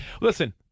Listen